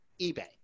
eBay